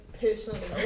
personally